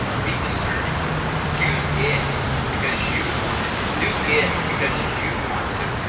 be discerning choose it because you want it do it because you want to